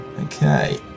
Okay